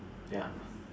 ya